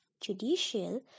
Judicial